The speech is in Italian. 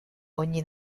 ogni